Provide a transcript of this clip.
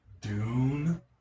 Dune